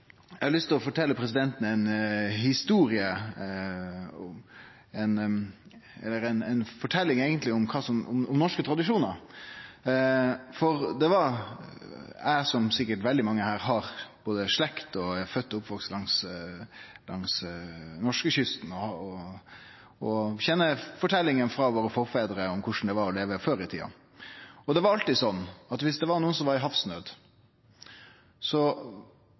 Eg har lyst til å fortelje presidenten ei historie – eller eigentleg ei forteljing – om norske tradisjonar. Eg – som sikkert veldig mange her – har både slekt og er fødd og oppvaksen langs norskekysten og kjenner forteljinga til forfedrane våre om korleis det var å leve før i tida. Det var alltid slik at dersom det var nokon som var i